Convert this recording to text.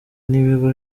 n’ibigo